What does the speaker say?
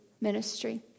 ministry